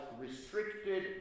restricted